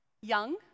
young